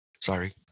Sorry